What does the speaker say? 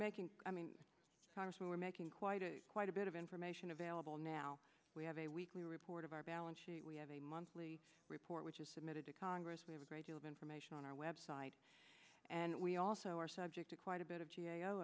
making i mean congressman we're making quite quite a bit of information available now we have a weekly report of our balance sheet we have a monthly report which is submitted to congress we have a great deal of information on our web site and we also are subject to quite a bit of